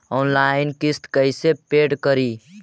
Online किस्त कैसे paid करि?